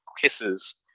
kisses